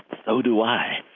so do i.